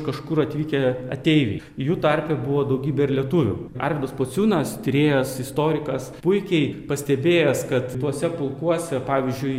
kažkur atvykę ateiviai jų tarpe buvo daugybė ir lietuvių arvydas pociūnas tyrėjas istorikas puikiai pastebėjęs kad tuose pulkuose pavyzdžiui